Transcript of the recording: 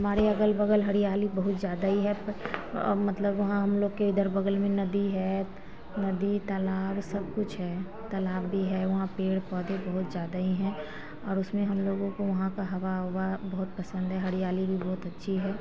हमारे अगल बगल हरियाली बहुत ज़्यादा ही है पर मतलब वहाँ हम लोग के इधर बगल में नदी है नदी तालाब सब कुछ है तालाब भी है वहाँ पेड़ पौधे बहुत ज़्यादा ही हैं और उसमें हम लोगों को वहाँ पर हवा उबा बहुत पसन्द है हरियाली भी बहुत अच्छी है